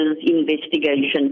investigation